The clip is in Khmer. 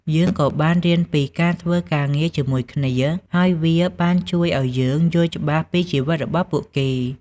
យើងក៏បានរៀនពីការធ្វើការងារជាមួយគ្នា ហើយវាបានជួយឱ្យយើងយល់ច្បាស់ពីជីវិតរបស់ពួកគេ។